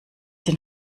den